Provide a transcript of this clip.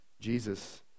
Jesus